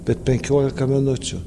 bet penkiolika minučių